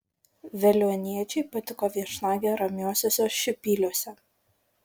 veliuoniečiui patiko viešnagė ramiuosiuose šiupyliuose